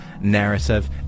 narrative